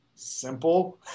simple